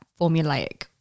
formulaic